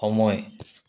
সময়